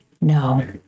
No